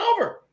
over